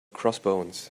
crossbones